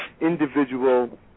individual